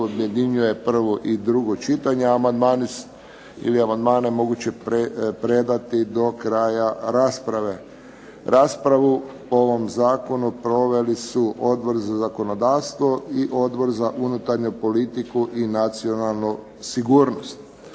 objedinjuje prvo i drugo čitanje. Amandmane je moguće predati do kraja rasprave. Raspravu o ovom zakonu proveli su Odbor za zakonodavstvo i Odbor za unutarnju politiku i nacionalnu sigurnost.